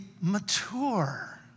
mature